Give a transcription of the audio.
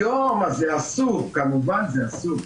היום זה אסור, כמובן שזה אסור,